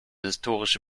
historische